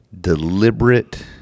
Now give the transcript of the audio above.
Deliberate